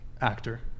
actor